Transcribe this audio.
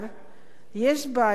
יש בעיה עם המספרים.